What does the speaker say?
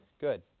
Good